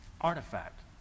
artifact